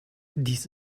dies